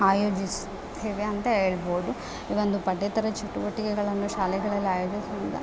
ಆಯೋಜಿಸುತ್ತೇವೆ ಅಂತ ಹೇಳ್ಬೋದು ಈ ಒಂದು ಪಠ್ಯೇತರ ಚಟುವಟಿಕೆಗಳನ್ನು ಶಾಲೆಗಳಲ್ಲಿ ಆಯೋಜಿಸುದ್ರಿಂದ